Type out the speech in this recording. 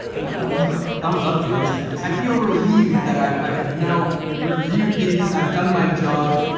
yeah, thumbs up. thumbs up for these guys. i feel relieved that i've i've now reviewed these. i've done my job.